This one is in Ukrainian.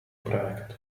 проект